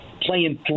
playing